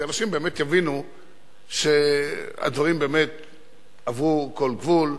כי אנשים באמת יבינו שהדברים האלה עברו כל גבול,